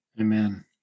Amen